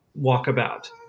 walkabout